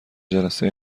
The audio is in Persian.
جلسه